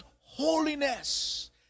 holiness